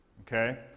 okay